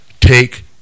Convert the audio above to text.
take